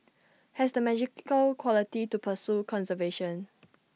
has the magical quality to pursue conservation